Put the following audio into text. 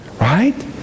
right